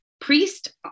priest